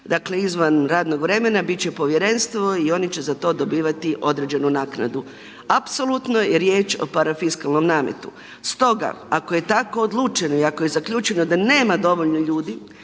dakle izvan radnog vremena biti će povjerenstvo i oni će za to dobivati određenu naknadu. Apsolutno je riječ o parafiskalnom nametu. Stoga ako je tako odlučeno i ako je zaključeno da nema dovoljno ljudi,